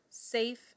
safe